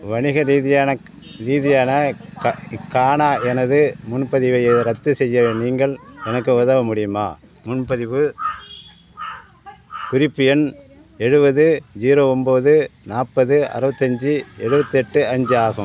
வணிக ரீதியான ரீதியான இக்கான எனது முன்பதிவை ரத்து செய்ய நீங்கள் எனக்கு உதவ முடியுமா முன்பதிவு குறிப்பு எண் எழுபது ஜீரோ ஒன்போது நாற்பது அறுபத்தஞ்சி எழுவத்தெட்டு அஞ்சு ஆகும்